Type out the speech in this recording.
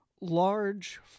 large